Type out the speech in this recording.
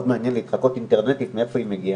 מעניין אותי מאוד להתחקות אינטרנטית מאיפה היא מגיעה.